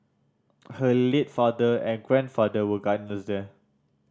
her late father and grandfather were gardeners there